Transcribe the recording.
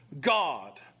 God